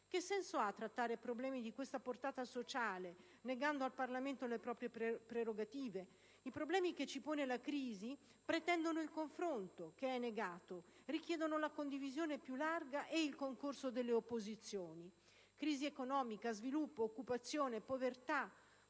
Che senso ha trattare problemi di questa portata sociale negando al Parlamento le sue prerogative? I problemi che ci pone la crisi pretendono il confronto, che è negato; richiedono la condivisione più larga e il concorso delle opposizioni. Crisi economica, sviluppo, occupazione, povertà,